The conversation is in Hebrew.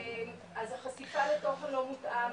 אז החשיפה לתוכן לא מותאם,